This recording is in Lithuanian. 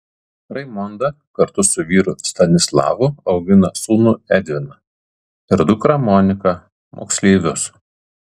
raimonda kartu su vyru stanislavu augina sūnų edviną ir dukrą moniką moksleivius